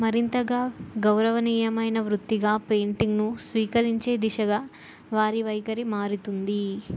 మరింతగా గౌరవనీయమైన వృత్తిగా పెయింటింగ్ను స్వీకరించే దిశగా వారి వైఖరి మారుతుంది